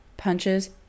Punches